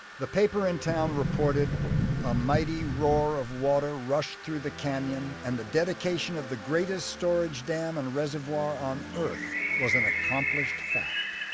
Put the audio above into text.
the paper in town reported a mighty roar of water rushed through the canyon and the dedication of the greatest storage dam and reservoir on earth was an accomplished fact.